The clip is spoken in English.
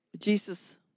Jesus